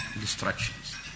destructions